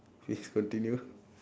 please continue